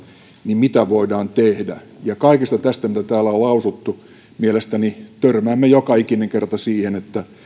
niin mitä voidaan tehdä kaikesta tästä mitä täällä on lausuttu mielestäni törmäämme joka ikinen kerta siihen että